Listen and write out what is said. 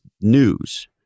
News